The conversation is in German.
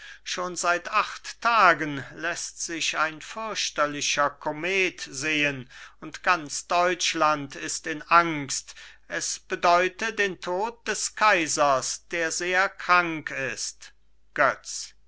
schon seit acht tagen läßt sich ein fürchterlicher komet sehen und ganz deutschland ist in angst es bedeute den tod des kaisers der sehr krank ist götz